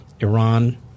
Iran